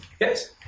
Yes